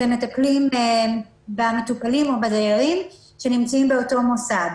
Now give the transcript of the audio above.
שמטפלים במטופלים או בדיירים שנמצאים באותו מוסד.